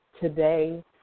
today